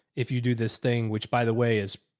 if you do this thing, which by the way, is.